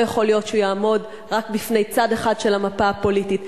לא יכול להיות שהוא יעמוד רק בפני צד אחד של המפה הפוליטית.